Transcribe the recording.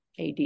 AD